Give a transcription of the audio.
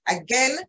Again